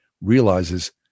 realizes